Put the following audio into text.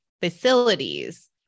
facilities